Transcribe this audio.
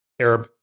Arab